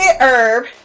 Herb